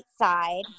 side